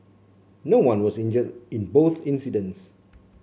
no one was injured in both incidents